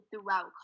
throughout